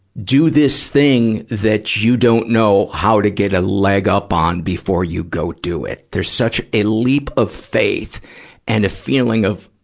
do this thing that you don't know how to get a leg up on before you go to it. there's such a leap of faith and a feeling of